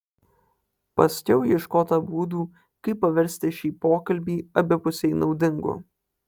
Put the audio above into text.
paskiau ieškota būdų kaip paversti šį pokalbį abipusiai naudingu